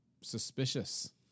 suspicious